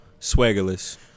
swaggerless